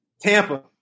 Tampa